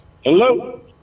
Hello